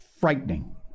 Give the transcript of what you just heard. frightening